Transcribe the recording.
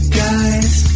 guy's